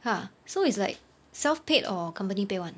ha so it's like self paid or company [one]